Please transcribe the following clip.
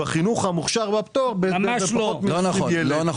במוכש"ר ובפטור זה פחות מ-20 ילדים.